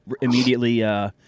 immediately